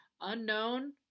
unknown